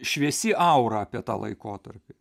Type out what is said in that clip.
šviesi aura apie tą laikotarpį